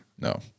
No